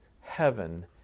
heaven